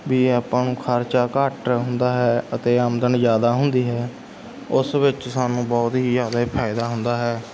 ਵੀ ਆਪਾਂ ਨੂੰ ਖਰਚਾ ਘੱਟ ਹੁੰਦਾ ਹੈ ਅਤੇ ਆਮਦਨ ਜ਼ਿਆਦਾ ਹੁੰਦੀ ਹੈ ਉਸ ਵਿੱਚ ਸਾਨੂੰ ਬਹੁਤ ਹੀ ਜ਼ਿਆਦਾ ਫ਼ਾਇਦਾ ਹੁੰਦਾ ਹੈ